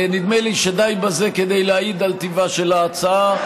נדמה לי שדי בזה כדי להעיד על טיבה של ההצעה.